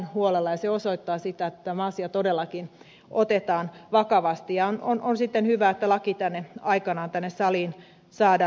se osoittaa sitä että tämä asia todellakin otetaan vakavasti ja on sitten hyvä että laki tänne saliin aikanaan saadaan